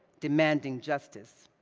demanding justice.